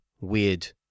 weird